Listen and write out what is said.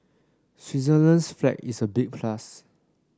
Switzerland's flag is a big plus